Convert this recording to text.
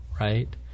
Right